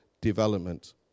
development